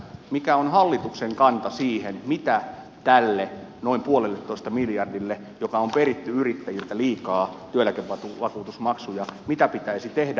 mikä on hallituksen kanta siihen mitä tälle noin puolelletoista miljardille yrittäjiltä liikaa perittyjä työeläkevakuutusmaksuja pitäisi tehdä